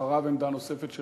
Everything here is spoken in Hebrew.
עמדה נוספת של